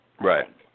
Right